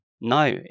No